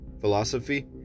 philosophy